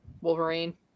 Wolverine